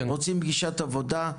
רוצים פגישת עבודה?